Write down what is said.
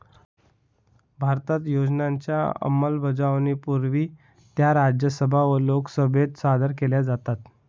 भारतात योजनांच्या अंमलबजावणीपूर्वी त्या राज्यसभा व लोकसभेत सादर केल्या जातात